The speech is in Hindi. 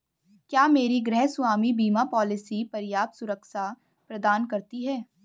क्या मेरी गृहस्वामी बीमा पॉलिसी पर्याप्त सुरक्षा प्रदान करती है?